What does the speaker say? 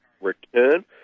return